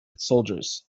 soldiers